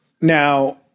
Now